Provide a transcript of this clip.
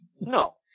No